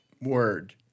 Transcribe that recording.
word